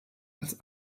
als